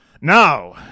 Now